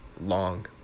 long